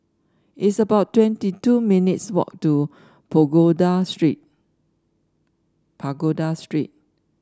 it's about twenty two minutes walk to Pagoda Street Pagoda Street